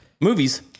Movies